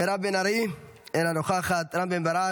מירב בן ארי, אינה נוכחת, רם בן ברק,